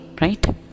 right